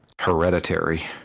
Hereditary